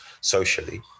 socially